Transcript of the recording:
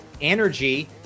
energy